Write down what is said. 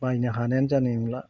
बायनो हानायानो जानाय नंला